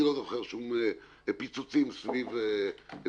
אני לא זוכר שום פיצוצים סביב קופת